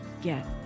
get